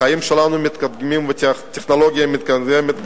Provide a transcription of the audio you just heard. החיים שלנו מתקדמים והטכנולוגיה מתקדמת.